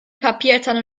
papiertonne